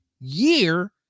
year